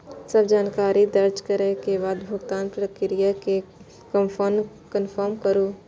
सब जानकारी दर्ज करै के बाद भुगतानक प्रक्रिया कें कंफर्म करू